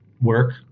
work